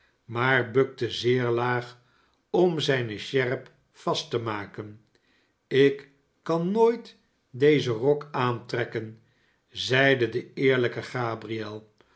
maar bukte zeer laag om zijne sjerp vast te maker ik kan nooit dezen rok aantrekken zeide de eerlijke gabriel